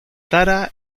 tara